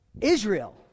Israel